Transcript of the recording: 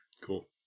Cool